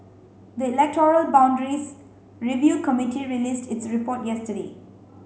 the electoral boundaries review committee released its report yesterday